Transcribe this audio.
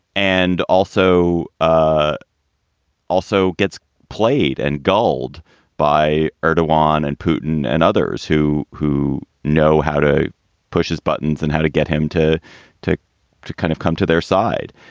and also ah also gets played and gulled by her taiwan and putin and others who who know how to push his buttons and how to get him to take to kind of come to their side.